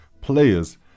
players